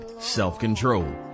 self-control